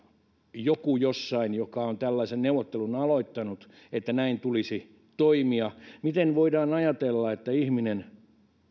joku jossain joka on tällaisen neuvottelun aloittanut että näin tulisi toimia miten voidaan ajatella että ihminen